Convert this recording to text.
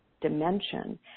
dimension